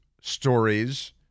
stories